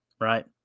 right